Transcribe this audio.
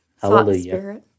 Hallelujah